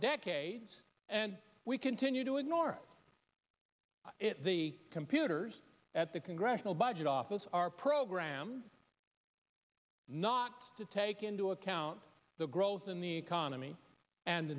decades and we continue to ignore it the computers at the congressional budget office are program not to take into account the growth in the economy and